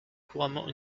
couramment